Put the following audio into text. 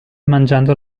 mangiando